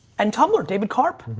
and tumblr, david carp.